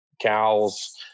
cows